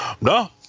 no